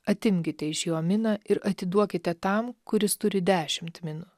atimkite iš jo miną ir atiduokite tam kuris turi dešimt minų